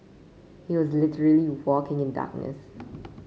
he was literally walking in darkness